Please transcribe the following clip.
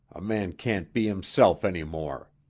a man can't be himself any more.